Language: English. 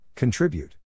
Contribute